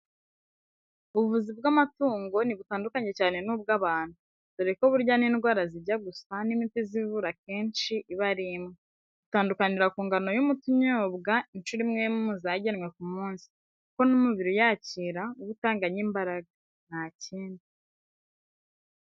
Ubuvuzi bw'amatungo ntibutandukanye cyane n'ubw'abantu, dore ko burya n'indwara zijya gusa n'imiti izivura akenshi iba ari imwe, itandukanira ku ngano y'umuti unyobwa inshuro imwe mu zagenwe ku munsi, kuko n'umubiri uyakira uba utanganya imbaraga, nta kindi.